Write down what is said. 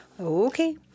Okay